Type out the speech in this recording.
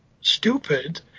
stupid